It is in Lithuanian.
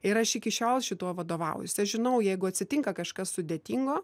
ir aš iki šiol šituo vadovaujuosi aš žinau jeigu atsitinka kažkas sudėtingo